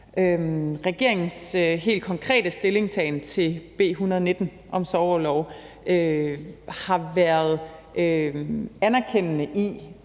Regeringens helt konkrete stillingtagen til B 119 om sorgorlov har været anerkendende,